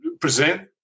present